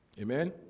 Amen